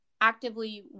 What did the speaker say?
actively